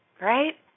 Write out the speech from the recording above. right